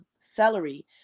celery